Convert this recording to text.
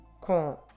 con